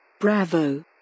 Bravo